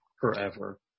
forever